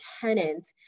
tenant